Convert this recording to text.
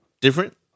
different